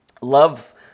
love